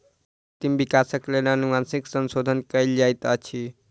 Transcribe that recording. कृत्रिम विकासक लेल अनुवांशिक संशोधन कयल जाइत अछि